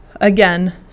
again